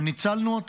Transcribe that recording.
שניצלנו.